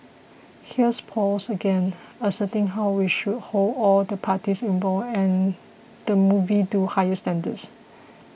here's Paul again asserting how we should hold all the parties involved and the movie to higher standards